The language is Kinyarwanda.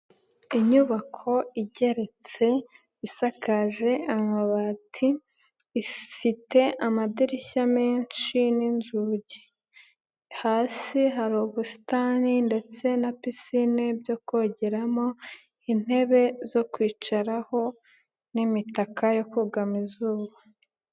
Inyubako igeretse isakaje amabati ifite amadirishya menshi n'inzugi, hasi hari ubusitani ndetse na pisine byo kogeramo, intebe zo kwicaraho n'imitaka yo kugama izuba.